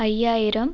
ஐயாயிரம்